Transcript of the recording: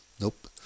Nope